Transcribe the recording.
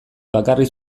bakarrik